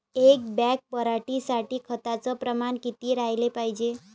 एक बॅग पराटी साठी खताचं प्रमान किती राहाले पायजे?